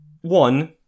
One